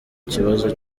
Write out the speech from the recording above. kibazo